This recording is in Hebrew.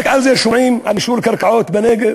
רק על זה שומעים, על נישול מקרקעות בנגב,